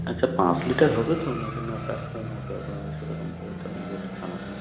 আচ্ছা পাঁচ লিটার হবে তো না কি না তার কম হবে আপনার কাছে সেরকম তাহলে আমাকে একটু জানাবেন